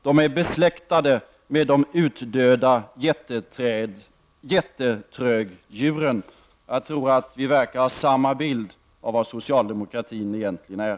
De är besläktade med de utdöda jättetrögdjuren. Det verkar som om vi har samma bild av vad socialdemokratin egentligen är.